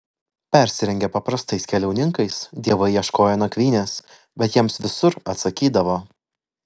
persirengę paprastais keliauninkais dievai ieškojo nakvynės bet jiems visur atsakydavo